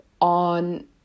on